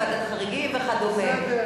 המקסימלי, ועדת חריגים וכדומה.